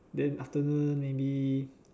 then afternoon maybe